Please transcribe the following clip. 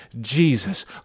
Jesus